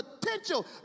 potential